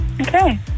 Okay